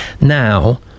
now